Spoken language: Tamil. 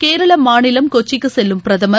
கேரள மாநிலம் கொச்சிக்கு செல்லும் பிரதமர்